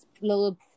little